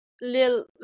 Lil